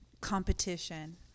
competition